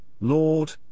Lord